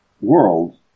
world